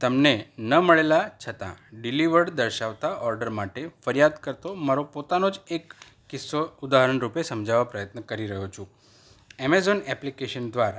તમને ન મળેલા છતાં ડિલિવર્ડ દર્શાવતા ઓર્ડર માટે ફરિયાદ કરતો મારો પોતાનો જ એક કિસ્સો ઉદાહરણરૂપે સમજાવવા પ્રયત્ન કરી રહ્યો છું એમેઝોન એપ્લિકેશન દ્વારા